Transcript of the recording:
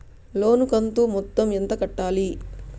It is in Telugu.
లోను కంతు మొత్తం ఎంత కట్టాలి?